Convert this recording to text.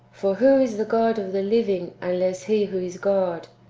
for who is the god of the living unless he who is god,